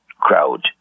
crowd